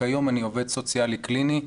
כיום אני עובד סוציאלי קליני,